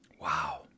Wow